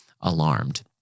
alarmed